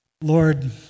Lord